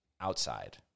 outside